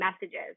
messages